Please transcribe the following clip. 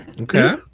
Okay